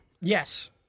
yes